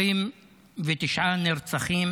129 נרצחים